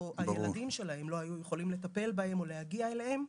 הילדים שלהם לא היו יכולים לטפל בהם או להגיע אליהם,